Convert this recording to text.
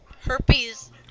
herpes